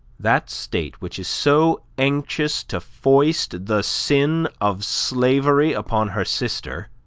that state which is so anxious to foist the sin of slavery upon her sister